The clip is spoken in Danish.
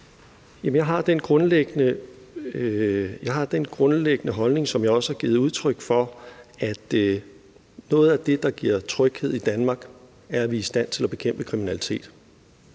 Jeg har den grundlæggende holdning, som jeg også har givet udtryk for, at noget af det, der giver tryghed i Danmark, er, at vi er i stand til at bekæmpe kriminalitet.